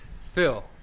Phil